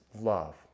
love